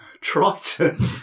Triton